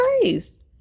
grace